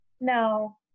No